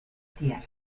tierra